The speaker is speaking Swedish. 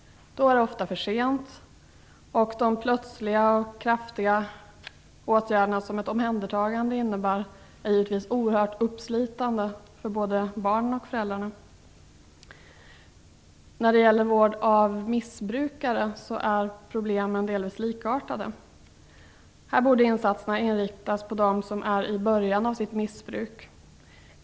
Då är det ofta för sent, och de plötsliga och kraftiga åtgärder som ett omhändertagande innebär är givetvis oerhört uppslitande för både barnen och föräldrarna. När det gäller vård av missbrukare är problemen delvis likartade. Här borde insatserna inriktas på dem som är i början av sitt missbruk.